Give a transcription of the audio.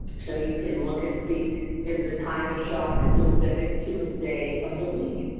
so, you can look and see is the time to shock specific to a day of the week.